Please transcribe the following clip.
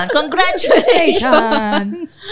Congratulations